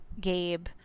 gabe